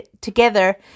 together